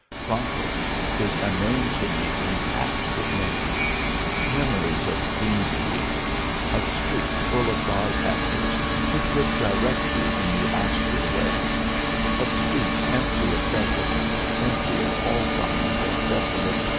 frankfurt is a name to me compact with memories memories of clean streets of streets full of by-passers who could direct you when you asked your way of streets empty of beggars, empty of all signs of desolate,